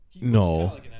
No